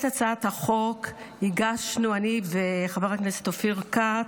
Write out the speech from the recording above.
את הצעת החוק הגשנו, אני וחבר הכנסת אופיר כץ,